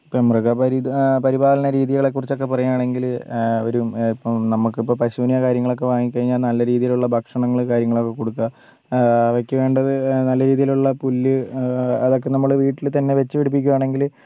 ഇപ്പം മൃഗ പരിപാലനം പരിപാലന രീതികളെക്കുറിച്ചൊക്കെ പറയാണെങ്കിൽ ഒരു ഇപ്പം നമുക്ക് ഇപ്പം പശൂനെയോ കാര്യങ്ങളൊക്കെയോ വാങ്ങി കഴിഞ്ഞാൽ നല്ല രീതിയിലുളള ഭക്ഷണങ്ങൾ കാര്യങ്ങളൊക്കെ കൊടുക്കുക അവയ്ക്കു വേണ്ടത് നല്ല രീതിയിലുള്ള പുല്ല് അതൊക്കെ നമ്മൾ വീട്ടിൽ തന്നെ വെച്ച് പിടിപ്പിക്കുവാണെങ്കിൽ